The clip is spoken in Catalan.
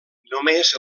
només